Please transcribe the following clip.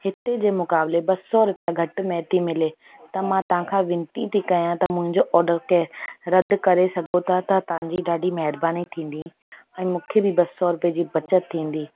हिते जे मुक़ाबले ॿ सौ रुपया घटि में थी मिले त मां तव्हांखां विनती थी कयां त मुंहिंजो ऑर्डर खे रद करे सघो था त तव्हां जी डाढी महिरबानी थींदी ऐं मूंखे बि ॿ सौ रुपए जी बचति थींदी